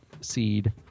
seed